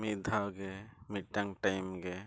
ᱢᱤᱫᱼᱫᱷᱟᱣ ᱜᱮ ᱢᱤᱫᱴᱟᱝ ᱜᱮ